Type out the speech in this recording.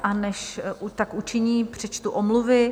A než tak učiní, přečtu omluvy.